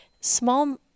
small